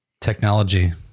technology